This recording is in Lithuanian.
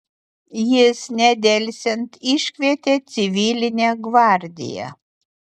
jis nedelsiant iškvietė civilinę gvardiją